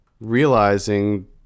realizing